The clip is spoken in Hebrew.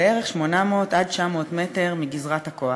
בערך 800 900 מטר מגזרת הכוח.